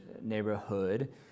neighborhood